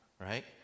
right